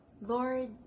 Lord